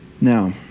Now